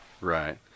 Right